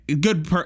good